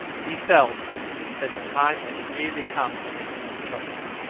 he felt that the time had really come for making his choice.